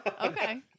Okay